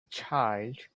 child